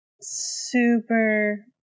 super